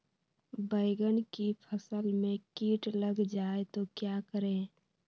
बैंगन की फसल में कीट लग जाए तो क्या करें?